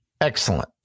Excellent